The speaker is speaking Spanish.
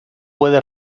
puede